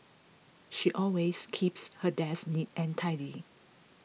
she always keeps her desk neat and tidy